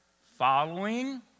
following